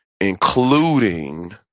including